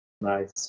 Nice